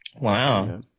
Wow